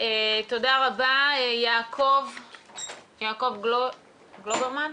יעקב גלויברמן.